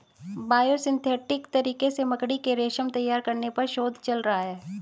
biosynthetic तरीके से मकड़ी के रेशम तैयार करने पर शोध चल रहा है